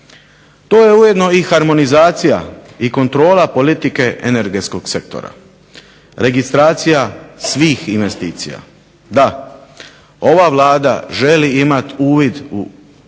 To je ujedno i harmonizacija i kontrola politike energetskog sektora, registracija svih investicija. Da, ova Vlada želi imati uvid u